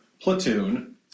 Platoon